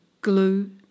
glue